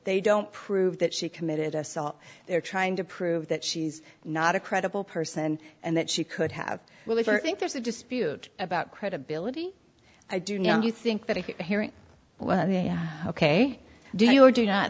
they don't prove that she committed assault they're trying to prove that she's not a credible person and that she could have well if i think there's a dispute about credibility i do know you think that well ok do you